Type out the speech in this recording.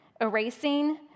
erasing